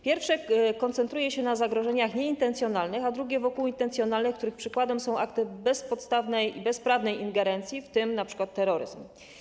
Pierwsze koncentruje się na zagrożeniach nieintencjonalnych, a drugie - intencjonalnych, których przykładem są akty bezpodstawnej i bezprawnej ingerencji, np. akty terroryzmu.